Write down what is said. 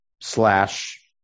slash